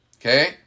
Okay